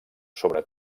sobre